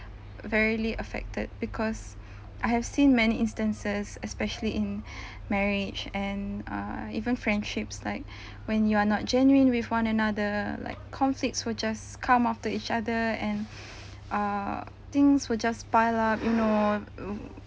very affected because I have seen many instances especially in marriage and uh even friendships like when you are not genuine with one another like conflicts would just come off to each other and err things would just pile up you know